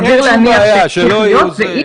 סביר להניח שימשיך להיות.